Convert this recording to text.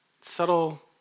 subtle